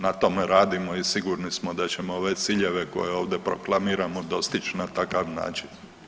Na tome radimo i sigurni smo da ćemo ove ciljeve koje ovdje proklamiramo dostići na takav način.